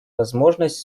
возможность